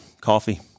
Coffee